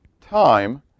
time